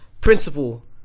principle